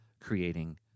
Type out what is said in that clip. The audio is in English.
creating